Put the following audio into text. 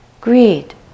greed